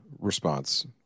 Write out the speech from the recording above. response